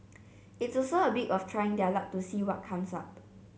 it's also a bit of trying their luck to see what comes up